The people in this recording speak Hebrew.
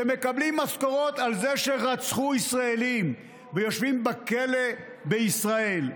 שמקבלים משכורות על זה שרצחו ישראלים ויושבים בכלא בישראל.